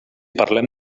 parlem